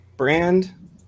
brand